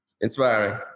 Inspiring